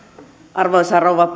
arvoisa rouva